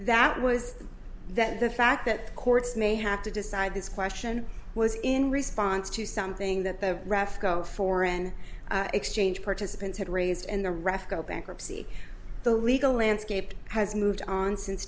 that was that the fact that courts may have to decide this question was in response to something that the raft of foreign exchange participants had raised and the refco bankruptcy the legal landscape has moved on since